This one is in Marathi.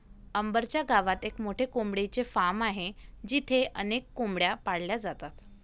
अंबर च्या गावात एक मोठे कोंबडीचे फार्म आहे जिथे अनेक कोंबड्या पाळल्या जातात